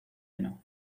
eno